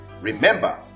Remember